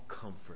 comfort